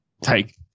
take